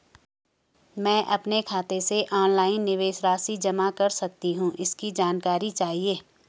मैं अपने खाते से ऑनलाइन निवेश राशि जमा कर सकती हूँ इसकी जानकारी चाहिए?